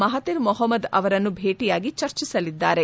Mahathir Mohamad ಅವರನ್ನು ಭೇಟಿಯಾಗಿ ಚರ್ಚಿಸಲಿದ್ದಾರೆ